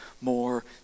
more